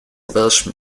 welsh